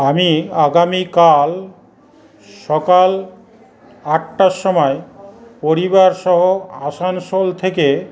আমি আগামীকাল সকাল আটটার সময় পরিবার সহ আসানসোল থেকে